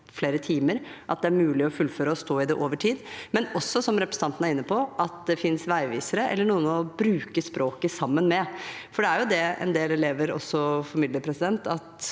flere timer at det er umulig å fullføre og stå i det over tid, og også, som representanten er inne på, at det finnes veivisere eller noen å bruke språket sammen med. Det en del elever også formidler, er at